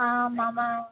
आं मम